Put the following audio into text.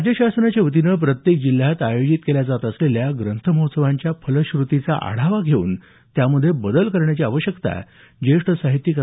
राज्य शासनाच्या वतीनं प्रत्येक जिल्ह्यात आयोजित ग्रंथ महोत्सवांच्या फलश्रतीचा आढावा घेऊन त्यामध्ये बदल करण्याची आवश्यकता ज्येष्ठ साहित्यिक रा